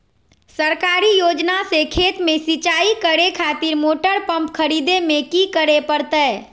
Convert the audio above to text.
सरकारी योजना से खेत में सिंचाई करे खातिर मोटर पंप खरीदे में की करे परतय?